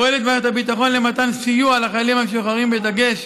פועלת מערכת הביטחון למתן סיוע לחיילים המשוחררים בדגש